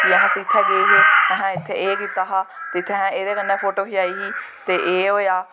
कि अस इत्थैं गे हे असैं इत्थें एह् कीता हा ते इत्थें असैं एह्दे कन्नै फोटो खचाई ही ते एह् होआ